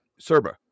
Serba